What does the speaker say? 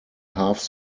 half